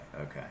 okay